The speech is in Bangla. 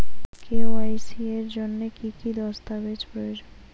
কে.ওয়াই.সি এর জন্যে কি কি দস্তাবেজ প্রয়োজন?